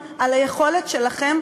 היו גברים,